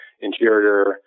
interior